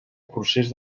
procés